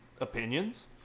opinions